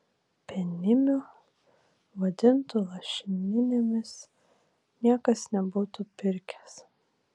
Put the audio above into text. penimių vadintų lašininėmis niekas nebūtų pirkęs